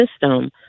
system